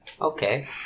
Okay